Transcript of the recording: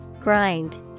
Grind